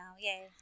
yay